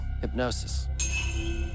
Hypnosis